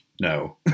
No